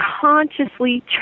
consciously